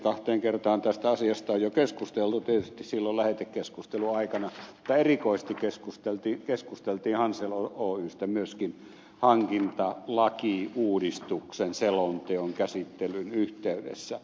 kahteen kertaan tästä asiasta on jo keskusteltu tietysti silloin lähetekeskustelun aikana mutta erikoisesti keskusteltiin hansel oystä myöskin hankintalakiuudistuksen selonteon käsittelyn yhteydessä